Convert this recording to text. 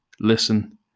Listen